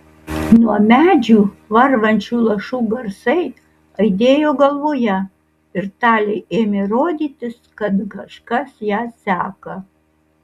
nuo medžių varvančių lašų garsai aidėjo galvoje ir talei ėmė rodytis kad kažkas ją seka